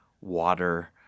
water